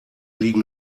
liegen